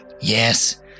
Yes